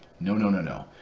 no, no, no, no.